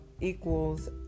equals